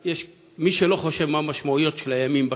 מי שלא חושב מה המשמעויות של הימים בכנסת,